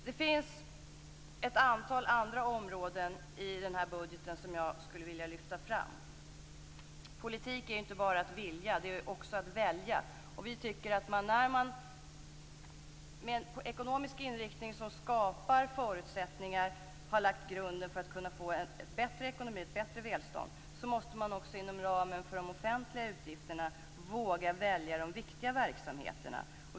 Det finns ett antal andra områden i den här budgeten som jag skulle vilja lyfta fram. Politik är inte bara att vilja. Det är också att välja. När man med en ekonomisk inriktning som skapar förutsättningar har lagt grunden för en bättre ekonomi, ett bättre välstånd, måste man också inom ramen för de offentliga utgifterna våga välja de viktiga verksamheterna.